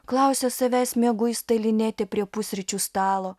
klausia savęs mieguistai linetė prie pusryčių stalo